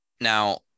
Now